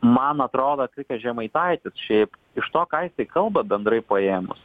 man atrodo tai kad žemaitaitis šiaip iš to ką jisai kalba bendrai paėmus